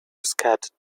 scattered